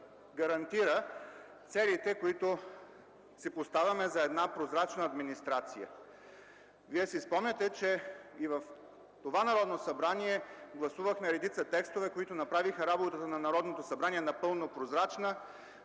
гарантира целите, които си поставяме за една прозрачна администрация. Вие си спомняте, че и в това Народно събрание гласувахме редица текстове, които направиха работата на Народното събрание напълно прозрачна.